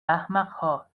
احمقها